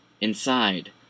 Inside